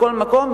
בכל מקום,